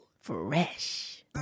fresh